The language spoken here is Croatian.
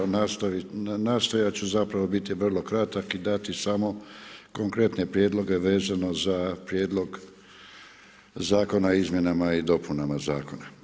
Nastojat ću zapravo biti vrlo kratak i dati samo konkretne prijedloge vezano za Prijedlog zakona o izmjenama i dopunama zakona.